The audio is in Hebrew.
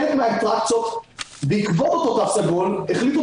חלק מהאטרקציות בעקבות אותו תו סגול החליטו